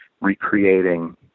recreating